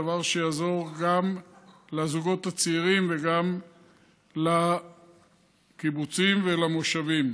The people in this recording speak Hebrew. דבר שיעזור גם לזוגות הצעירים וגם לקיבוצים ולמושבים.